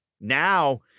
Now